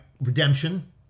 Redemption